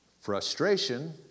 frustration